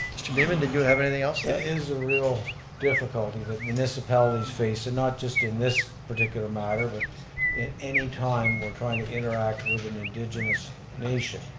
mr. beaman, did you have anything else it yeah is a real difficulty that municipalities face, and not just in this particular matter, but at any time we're trying to interact with an indigenous nation.